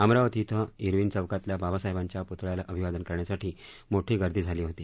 अमरावती इथं इरविन चौकातल्या बाबासाहेबांच्या पुतळ्याला अभिवादन करण्यासाठी मोठी गर्दी झाली होती